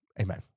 amen